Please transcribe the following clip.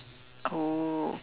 oh